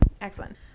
Excellent